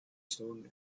stone